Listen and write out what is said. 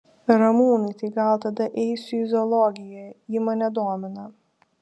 ramūnai tai gal tada eisiu į zoologiją ji mane domina